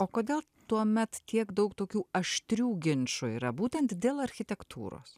o kodėl tuomet tiek daug tokių aštrių ginčų yra būtent dėl architektūros